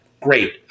Great